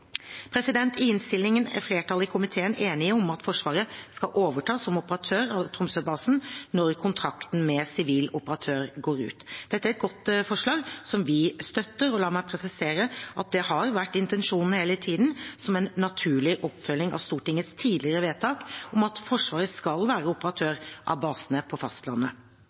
I innstillingen er flertallet i komiteen enige om at Forsvaret skal overta som operatør av Tromsøbasen når kontrakten med sivil operatør går ut. Dette er et godt forslag som vi støtter, og la meg presisere at det har vært intensjonen hele tiden som en naturlig oppfølging av Stortingets tidligere vedtak om at Forsvaret skal være operatør av basene på fastlandet.